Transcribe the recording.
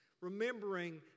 remembering